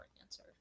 answer